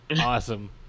awesome